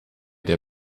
der